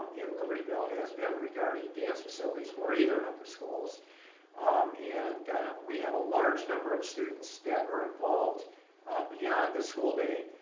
in libertyville has been regarding dance facilities for either of the schools and we have a large number of students that are involved beyond the school day.